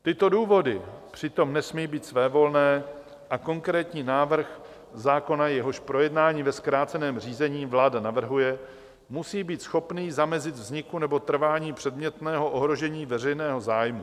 Tyto důvody přitom nesmí být svévolné a konkrétní návrh zákona, jehož projednání ve zkráceném řízení vláda navrhuje, musí být schopný zamezit vzniku nebo trvání předmětného ohrožení veřejného zájmu.